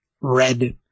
red